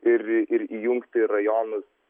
ir ir įjungti rajonus